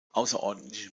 außerordentliche